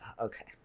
Okay